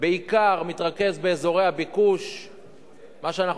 מתרכז בעיקר באזורי הביקוש,